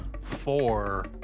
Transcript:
four